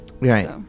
Right